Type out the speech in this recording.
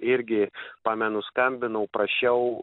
irgi pamenu skambinau prašiau